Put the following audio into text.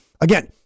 Again